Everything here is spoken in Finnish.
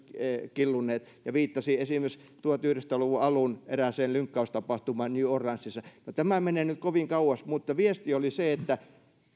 killuneet hän viittasi esimerkiksi tuhatyhdeksänsataayhdeksänkymmentä luvun alun erääseen lynkkaustapahtumaan new orleansissa no tämä menee nyt kovin kauas mutta viesti oli että